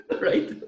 Right